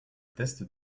test